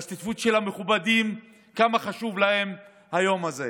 ההשתתפות של המכובדים, וכמה חשוב להם היום הזה.